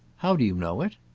how do you know it?